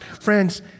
Friends